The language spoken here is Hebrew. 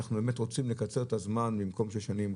אנחנו רוצים לקצר את הזמן במקום שש שנים,